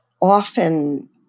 often